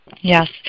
Yes